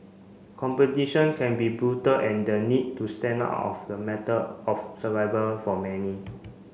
competition can be brutal and the need to stand out of the matter of survival for many